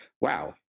Wow